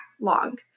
long